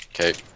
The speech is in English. Okay